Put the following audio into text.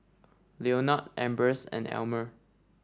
Leonard Ambers and Almer